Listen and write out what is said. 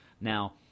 Now